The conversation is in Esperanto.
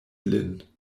lin